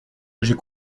j’ai